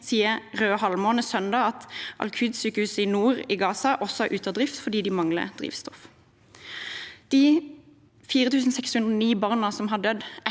sa Røde Halvmåne på søndag at Al-Quds-sykehuset nord i Gaza også er ute av drift fordi de mangler drivstoff. De 4 609 barna som har dødd,